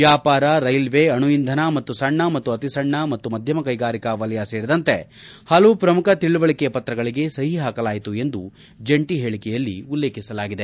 ವ್ಯಾಪಾರ ರೈಲ್ವೆ ಅಣು ಇಂಧನ ಮತ್ತು ಸಣ್ಣ ಮತ್ತು ಅತಿಸಣ್ಣ ಮತ್ತು ಮಧ್ಯಮ ಕೈಗಾರಿಕಾ ವಲಯ ಸೇರಿದಂತೆ ಹಲವು ಪ್ರಮುಖ ತಿಳಿವಳಿಕೆ ಪತ್ರಗಳಿಗೆ ಸಹಿ ಹಾಕಲಾಯಿತು ಎಂದು ಜಂಟಿ ಹೇಳಿಕೆಯಲ್ಲಿ ಉಲ್ಲೇಖಿಸಲಾಗಿದೆ